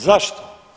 Zašto?